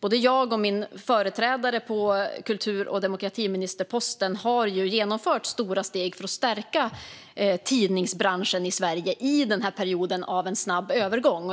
Både jag och min företrädare på kultur och demokratiministerposten har genomfört stora steg för att stärka tidningsbranschen i Sverige i den här perioden av snabb övergång.